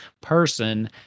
person